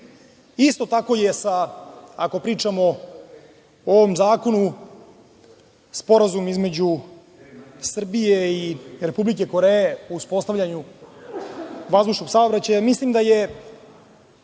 tako je sa ako pričamo o ovom zakonu sporazum između Srbije i Republike Koreje o uspostavljanju vazdušnog saobraćaja, mislim da je